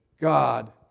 God